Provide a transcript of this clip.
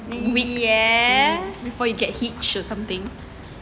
before you get hitched or something